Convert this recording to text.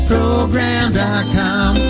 Program.com